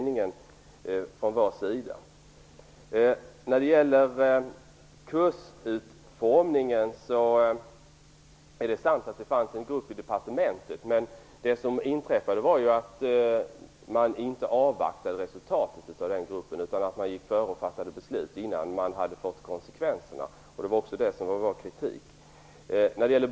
När det gäller kursutformningen är det sant att det fanns en grupp i departementet, men det som inträffade var ju att man inte avvaktade resultatet av gruppens arbete, utan man gick före och fattade beslut innan man hade fått konsekvenserna klarlagda. Det var detta vår kritik riktades mot.